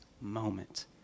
moment